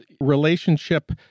relationship